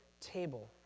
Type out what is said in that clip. table